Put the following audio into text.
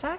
Tak.